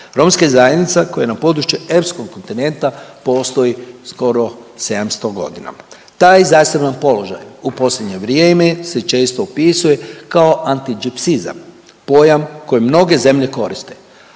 Romska zajednica koja je na području europskog kontinenta postoji skoro 700 godina. Taj zaseban položaj u posljednje vrijeme se često opisuje kao antigipsizam, pojam koje mnoge zemlje koriste,